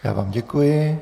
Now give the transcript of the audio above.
Já vám děkuji.